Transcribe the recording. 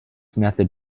method